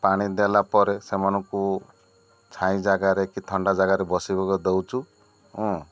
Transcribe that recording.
ପାଣି ଦେଲା ପରେ ସେମାନଙ୍କୁ ଛାଇ ଜାଗାରେ କି ଥଣ୍ଡା ଜାଗାରେ ବସିବାକୁ ଦଉଛୁ ହୁଁ